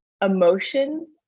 emotions